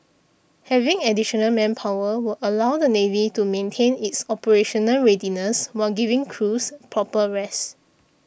having additional manpower will allow the navy to maintain its operational readiness while giving crews proper rest